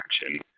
action